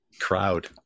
crowd